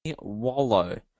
Wallow